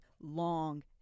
long